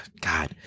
God